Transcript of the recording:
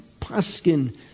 paskin